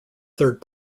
third